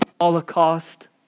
Holocaust